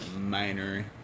minor